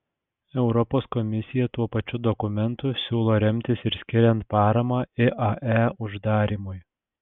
europos komisija tuo pačiu dokumentu siūlo remtis ir skiriant paramą iae uždarymui